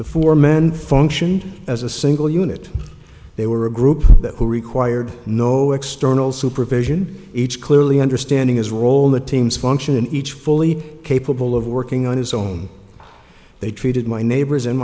the four men functioned as a single unit they were a group that who required no external supervision each clearly understanding his role in the team's function each fully capable of working on his own they treated my neighbors and